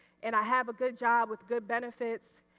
and i have a good job with good benefits,